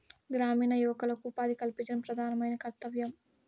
గ్రామీణ యువకులకు ఉపాధి కల్పించడం ప్రధానమైన కర్తవ్యం